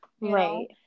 right